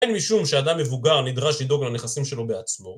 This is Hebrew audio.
הן משום שאדם מבוגר נדרש לדאוג לנכסים שלו בעצמו.